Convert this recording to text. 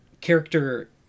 character